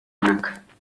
onak